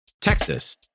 Texas